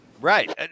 Right